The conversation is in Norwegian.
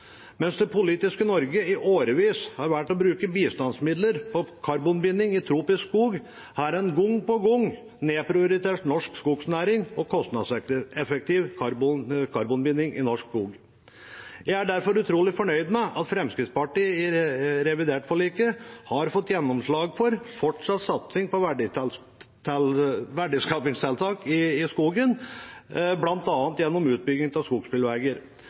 Mens det politiske Norge i årevis har valgt å bruke bistandsmidler på karbonbinding i tropisk skog, har en gang på gang nedprioritert norsk skognæring og kostnadseffektiv karbonbinding i norsk skog. Jeg er derfor utrolig fornøyd med at Fremskrittspartiet i forliket om revidert nasjonalbudsjett har fått gjennomslag for en fortsatt satsing på verdiskapingstiltak i skogen, bl.a. gjennom utbygging av